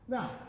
Now